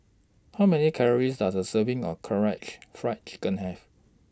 How Many Calories Does A Serving of Karaage Fried Chicken Have